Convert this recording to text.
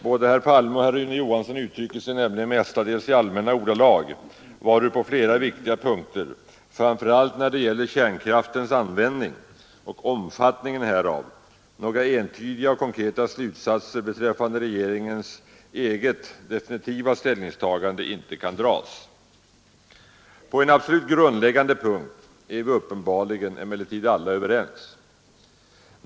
Både herr Palme och herr Rune Johansson uttrycker sig nämligen mestadels i allmänna ordalag, varur på flera viktiga punkter, framför allt när det gäller kärnkraftens användning och omfattningen härav, några entydiga och konkreta slutsatser beträffande regeringens eget ställningstagande inte kan dras. På en absolut grundläggande punkt är vi emellertid uppenbarligen alla överens.